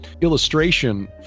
illustration